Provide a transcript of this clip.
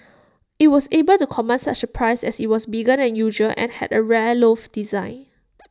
IT was able to command such A price as IT was bigger than usual and had A rare loft design